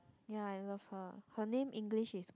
ya I love her her name English is what